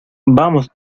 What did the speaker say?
vamos